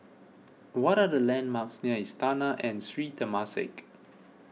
what are the landmarks near Istana and Sri Temasek